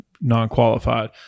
non-qualified